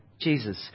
Jesus